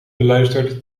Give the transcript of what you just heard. beluisterd